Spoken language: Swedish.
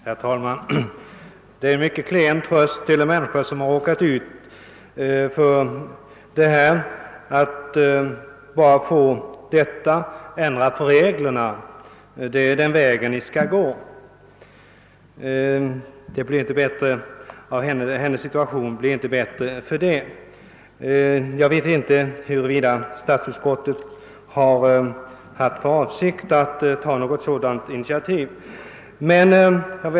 Herr talman! Det är en mycket klen tröst för en människa som drabbats av ett hårt öde att få veta, att den väg vi skall gå är att ändra på reglerna. Hennes situation blir ju inte bättre av det, och jag vet inte heller om statsutskottet har för avsikt att ta något initiativ i den riktningen.